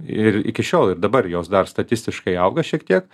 ir iki šiol ir dabar jos dar statistiškai auga šiek tiek